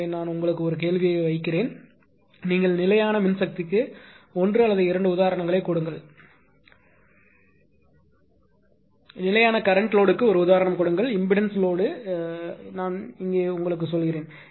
எனவே நான் உங்களுக்கு ஒரு கேள்வியை வைக்கிறேன் நீங்கள் நிலையான மின்சக்திக்கு ஒன்று அல்லது இரண்டு உதாரணங்களை கொடுங்கள் நிலையான கரண்ட் லோடுக்கு ஒரு உதாரணம் கொடுங்கள் இம்பெடன்ஸ் லோடு நான் இங்கே உங்களுக்குச் சொல்கிறேன்